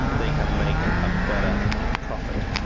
they can make a better profit.